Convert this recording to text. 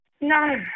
No